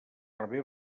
rebé